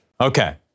Okay